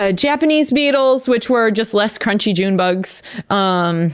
ah japanese beetles, which were just less crunchy june bugs um